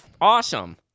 awesome